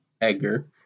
Edgar